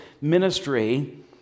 ministry